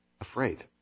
afraid